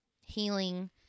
healing